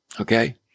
Okay